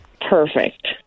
Perfect